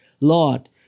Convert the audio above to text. Lord